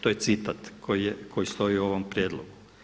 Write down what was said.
To je citat koji stoji u ovom prijedlogu.